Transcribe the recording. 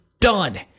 done